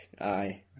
aye